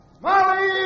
Molly